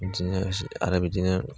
बिदिनो जित आरो बिदिनो